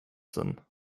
sen